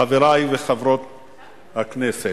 חברי וחברות הכנסת,